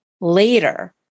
later